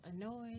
annoyed